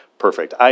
Perfect